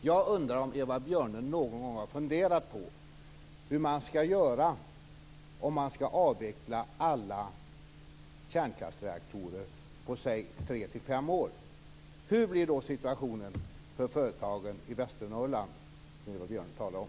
Herr talman! Jag undrar om Eva Björne någon gång har funderat på hur man skall göra om man skall avveckla alla kärnkraftsreaktorer på säg tre till fem år. Hur blir då situationen för de företag i Västernorrland som Eva Björne talade om?